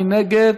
מי נגד?